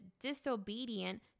disobedient